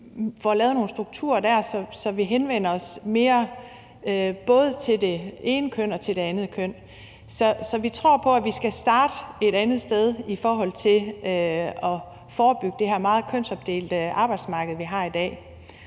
i uddannelsessystemet, så vi henvender os mere til både det ene og det andet køn. Så vi tror på, at vi skal starte et andet sted i forhold til at forebygge det her meget kønsopdelte arbejdsmarked, vi har i dag.